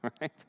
Right